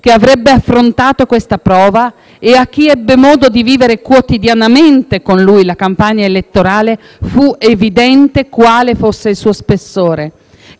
che avrebbe affrontato questa prova. E a chi ebbe modo di vivere quotidianamente con lui la campagna elettorale fu evidente quale fosse il suo spessore.